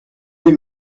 des